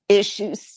issues